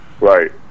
Right